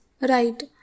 right